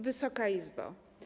Wysoka Izbo!